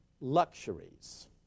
luxuries